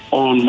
on